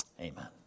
Amen